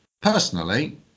Personally